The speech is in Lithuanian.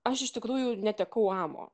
aš iš tikrųjų netekau amo